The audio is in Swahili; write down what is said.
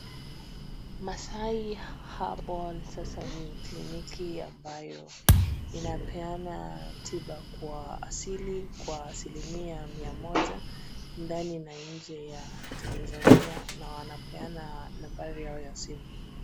Masai Herbal sasa ni kliniki ambayo inapeana tiba kwa asilimia mia moja ndani na nje ya tanzania na wanapeana nambari yao ya simu.